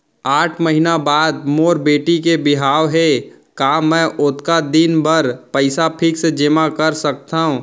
आठ महीना बाद मोर बेटी के बिहाव हे का मैं ओतका दिन भर पइसा फिक्स जेमा कर सकथव?